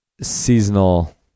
seasonal